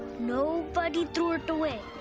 nobody threw it away.